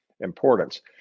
importance